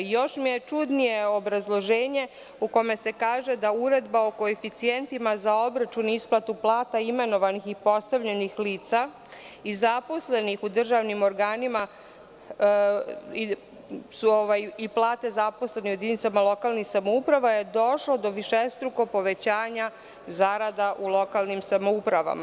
Još mi je čudnije obrazloženje u kome se kaže da Uredba o koeficijentima za obračun i isplatu plata imenovanih i postavljenih lica i zaposlenih u državnim organima su i plate zaposlenih u jedinicama lokalnih samouprava su došle do višestrukih povećanja zarada u lokalnim samoupravama.